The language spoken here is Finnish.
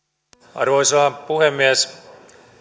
arvoisa puhemies